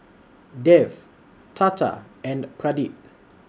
Dev Tata and Pradip